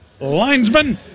linesman